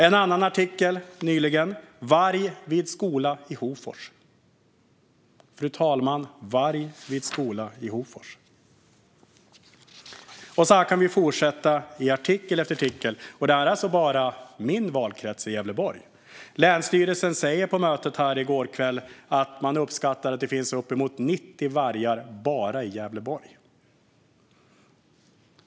I en artikel kan vi läsa om en varg vid en skola i Hofors. Så här fortsätter det i artikel efter artikel, och det är bara i min valkrets Gävleborg. Länsstyrelsen sa på mötet i går kväll att man uppskattar att det finns uppemot 90 vargar bara i Gävleborg.